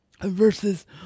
versus